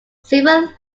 several